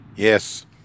Yes